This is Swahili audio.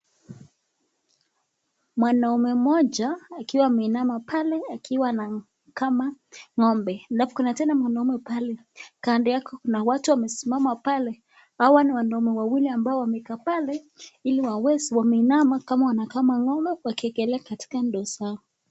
Mwanaume mmoja akiwa ameinama pale akiwa anakama ng'ombe alafu kuna tena mwanaume pale. Kando yake kuna watu wamesimama pale. Hawa ni wanaume wawili ambao wamekaa pale ili waweze kuinama kama wanakama ng'ombe wakiekelea katika ndoo zao.